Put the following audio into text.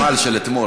מהגמל של אתמול,